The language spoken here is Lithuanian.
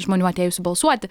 žmonių atėjusių balsuoti